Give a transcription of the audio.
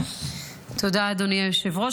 תודה, אדוני היושב-ראש.